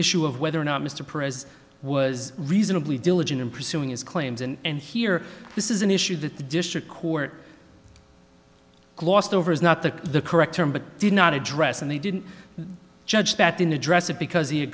issue of whether or not mr pres was reasonably diligent in pursuing his claims and here this is an issue that the district court glossed over is not the the correct term but did not address and they didn't judge that didn't address it because